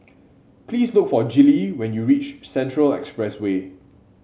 please look for Gillie when you reach Central Expressway